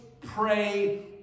pray